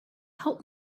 help